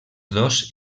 dos